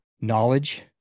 knowledge